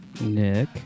Nick